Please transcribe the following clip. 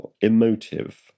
emotive